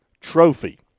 trophy